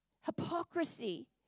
hypocrisy